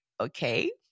okay